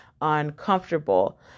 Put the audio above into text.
uncomfortable